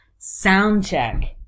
Soundcheck